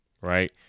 Right